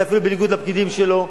אולי אפילו בניגוד לפקידים שלו,